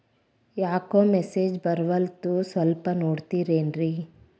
ಯಾಕೊ ಮೆಸೇಜ್ ಬರ್ವಲ್ತು ಸ್ವಲ್ಪ ನೋಡ್ತಿರೇನ್ರಿ?